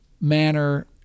manner